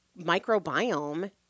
microbiome